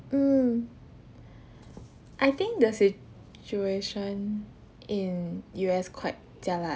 mm I think the situation in U_S quite jialat